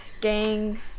gang